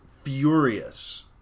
furious